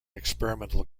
experimental